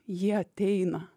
jie ateina